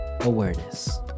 awareness